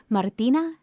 Martina